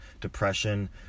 depression